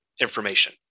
information